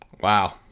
Wow